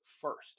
first